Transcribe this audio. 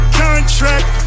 contract